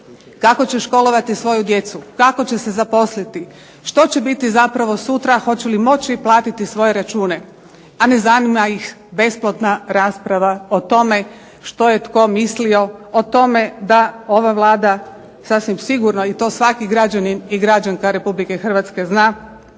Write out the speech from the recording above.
kako će školovati svoju djecu, kako će se zaposliti? Što će biti zapravo sutra? Hoće li moći platiti svoje račune, a ne zanima ih besplatna rasprava o tome što je tko mislio o tome da ova Vlada sasvim sigurno i to svaki građanin i građanka Republike Hrvatske zna